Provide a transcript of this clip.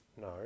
No